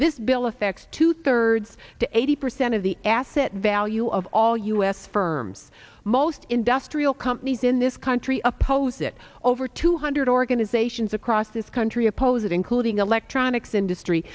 this bill affects two thirds to eighty percent of the asset value of all u s firms most industrial companies in this country oppose it over two hundred organizations across this country oppose it including electronics industry